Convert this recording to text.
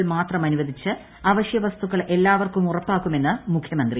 സംസ്ഥാനം മാത്രമനുവദിച്ച് അവശ്യ സ്തുക്കൾ എല്ലാവർക്കും ഉറപ്പാക്കുമെന്ന് മുഖ്യമന്ത്രി